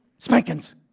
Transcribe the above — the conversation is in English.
Spankings